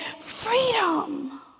freedom